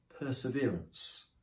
perseverance